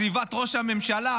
סביבת ראש הממשלה,